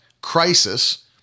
crisis